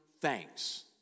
thanks